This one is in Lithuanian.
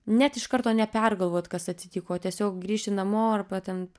net iš karto nepergalvot kas atsitiko o tiesiog grįžti namo arba ten